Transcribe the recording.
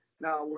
now